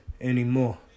anymore